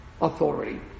authority